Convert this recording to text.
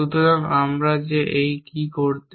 সুতরাং আমরা যে এই কি করতে